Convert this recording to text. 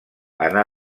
anà